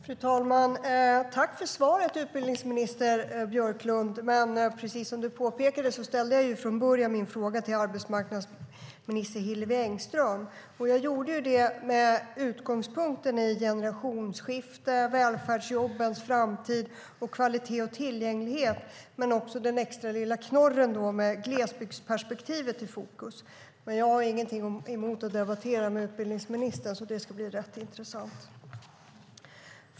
Fru talman! Tack för svaret, utbildningsminister Björklund! Precis som du påpekade ställde jag från början min fråga till arbetsmarknadsminister Hillevi Engström. Det gjorde jag med utgångspunkt i generationsskifte, välfärdsjobbens framtid, kvalitet och tillgänglighet och med den extra lilla knorren att ha glesbygdsperspektivet i fokus. Men jag har ingenting emot att debattera med utbildningsministern. Det ska bli rätt intressant.